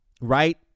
right